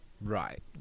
Right